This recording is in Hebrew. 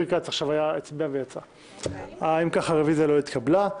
7, הרביזיה לא התקבלה.